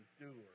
endure